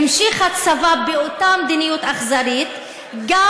המשיך הצבא באותה מדיניות אכזרית גם